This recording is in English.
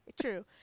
true